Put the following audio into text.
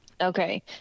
Okay